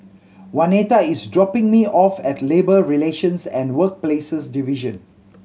Waneta is dropping me off at Labour Relations and Workplaces Division